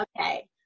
Okay